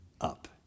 up